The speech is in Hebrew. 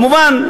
כמובן,